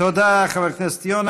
תודה, חבר הכנסת יונה.